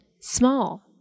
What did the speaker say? small